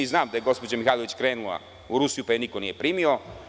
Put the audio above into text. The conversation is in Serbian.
Znam da je gospođa Mihajlović krenula u Rusiju, pa je niko nije primio.